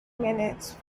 minutes